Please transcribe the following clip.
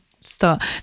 start